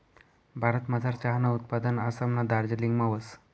भारतमझार चहानं उत्पादन आसामना दार्जिलिंगमा व्हस